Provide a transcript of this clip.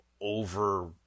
over